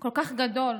כל כך גדול: